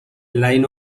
line